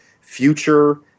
future